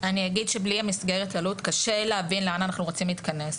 אני אגיד שבלי המסגרת עלות קשה להבין לאן אנחנו רוצים להתכנס.